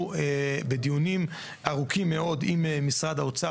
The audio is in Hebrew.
אנחנו בדיונים ארוכים מאוד עם משרד האוצר